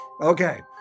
Okay